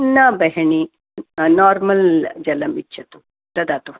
न बहिनी नार्मल् जलम् यच्छतु ददातु